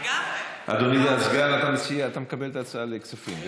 אדוני הסגן, אתה מקבל את ההצעה לכספים?